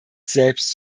selbst